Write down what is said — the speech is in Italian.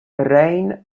rane